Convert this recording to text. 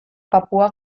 papua